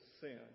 sin